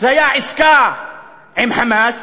זה היה עסקה עם "חמאס",